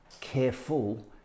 careful